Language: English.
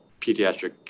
pediatric